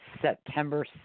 September